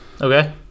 Okay